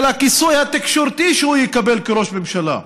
הכיסוי התקשורתי שהוא יקבל כראש ממשלה.